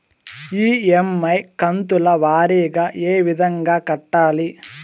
EMI కంతుల వారీగా ఏ విధంగా కట్టాలి